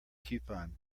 coupon